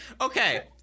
Okay